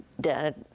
dad